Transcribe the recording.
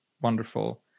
wonderful